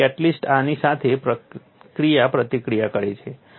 અને કેટલિસ્ટ આની સાથે ક્રિયાપ્રતિક્રિયા કરે છે